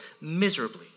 miserably